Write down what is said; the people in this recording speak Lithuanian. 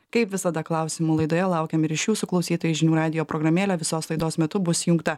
kaip visada klausimų laidoje laukiam ir iš jūsų klausytojai žinių radijo programėlė visos laidos metu bus įjungta